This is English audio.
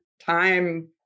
time